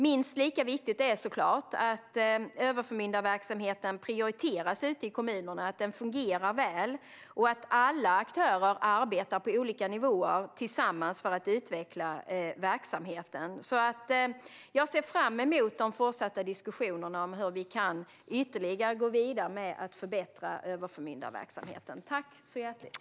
Minst lika viktigt är såklart att överförmyndarverksamheten prioriteras ute i kommunerna, att den fungerar väl och att alla aktörer arbetar tillsammans på olika nivåer för att utveckla verksamheten. Jag ser fram emot de fortsatta diskussionerna om hur vi kan gå vidare med att ytterligare förbättra överförmyndarverksamheten. Tack så hjärtligt!